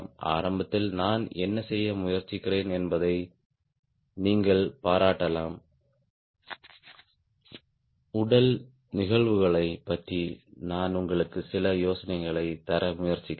ஆரம்பத்தில் நான் என்ன செய்ய முயற்சிக்கிறேன் என்பதை நீங்கள் பாராட்டலாம் உடல் நிகழ்வுகளைப் பற்றி நான் உங்களுக்கு சில யோசனைகளைத் தர முயற்சிக்கிறேன்